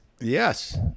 Yes